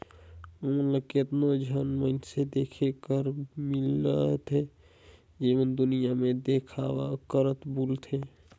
हमन ल केतनो झन मइनसे देखे बर मिलथें जेमन दुनियां में देखावा करत बुलथें